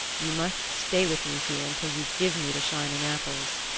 you must stay with me here until you give me the shining apples,